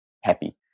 happy